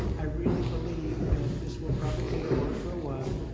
i really believe that this will probably go on for a while,